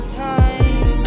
time